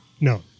No